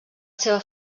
seva